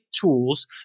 tools